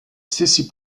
stessi